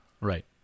Right